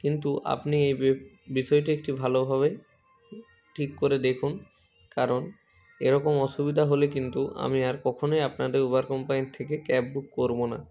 কিন্তু আপনি এ বিষয়টি একটি ভালোভাবে ঠিক করে দেখুন কারণ এরকম অসুবিধা হলে কিন্তু আমি আর কখনোই আপনাদের উবের কোম্পানির থেকে ক্যাব বুক করবো না